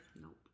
Nope